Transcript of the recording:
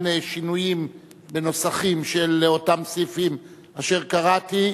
שינויים בנוסחים של אותם סעיפים אשר קראתי,